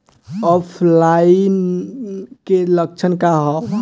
ऑफलाइनके लक्षण क वा?